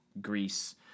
Greece